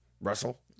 Russell